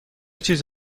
چیز